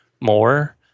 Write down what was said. more